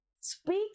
Speak